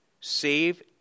save